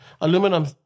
aluminum